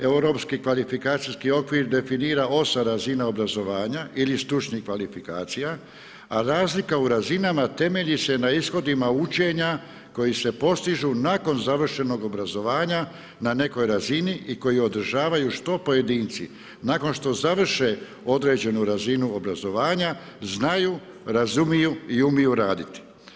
Europski kvalifikacijski okvir definira 8 razina obrazovanja ili stručnih kvalifikacija a razlika u razinama temelji se na ishodima učenja koji se postižu nakon završenog obrazovanja na nekoj razini i koji održavaju što pojedinci nakon što završe određenu razinu obrazovanja, znaju, razumiju i umiju raditi.